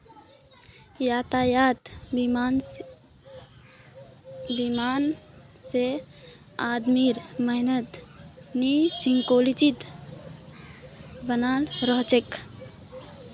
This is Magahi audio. यातायात बीमा से आदमीर मनोत् निश्चिंतता बनाल रह छे